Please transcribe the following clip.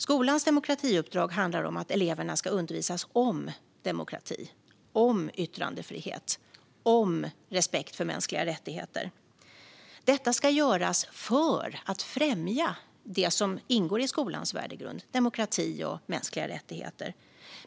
Skolans demokratiuppdrag handlar om att eleverna ska undervisas om demokrati, om yttrandefrihet och om respekt för mänskliga rättigheter. Detta ska göras för att främja det som ingår i skolans värdegrund: demokrati och mänskliga rättigheter.